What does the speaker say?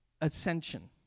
ascension